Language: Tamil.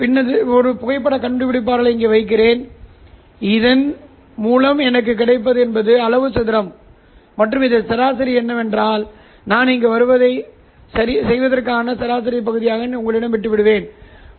எனவே நீங்கள் ஒரு ஆப்டிகல் கட்ட பூட்டு வளையத்தை உருவாக்க விரும்புகிறீர்கள் அல்லது கட்டத்தை சரியாகப் பிரித்தெடுப்பதற்காக அல்லது கட்டத்தை சரியாக மதிப்பிடுவதற்காக மிக அருமையான டிஎஸ்பி வழிமுறைகளை வெடிக்கலாம்